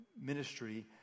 ministry